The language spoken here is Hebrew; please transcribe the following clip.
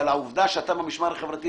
העובדה שאתה במשמר החברתי,